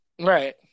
right